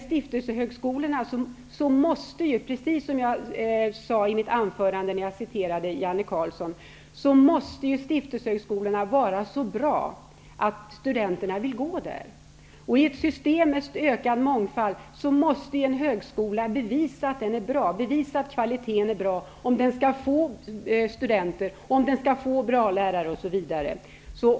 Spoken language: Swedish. Stiftelsehögskolorna måste, som jag sade i mitt anförande när jag citerade Janne Carlsson, vara så bra att studenterna vill gå där. I ett system med ökad mångfald måste en högskola för att få studenter, bra lärare osv. bevisa att den har en bra kvalitet.